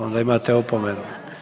Onda imate opomenu.